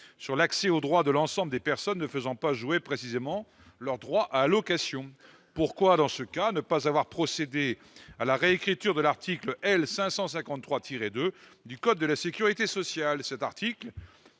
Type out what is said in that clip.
sur l'accès aux droits de l'ensemble des personnes ne faisant pas jouer précisément leurs droits à la location, pourquoi dans ce cas ne pas avoir procédé à la réécriture de l'article L. 553 tiré 2 du code de la Sécurité sociale,